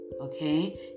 okay